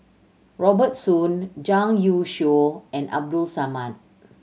Robert Soon Zhang Youshuo and Abdul Samad